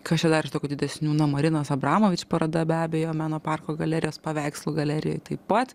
kas čia dar iš tokių didesnių na marinos abramovič paroda be abejo meno parko galerijos paveikslų galerijoj taip pat